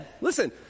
listen